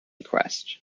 request